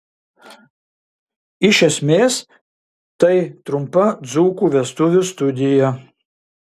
iš esmės tai trumpa dzūkų vestuvių studija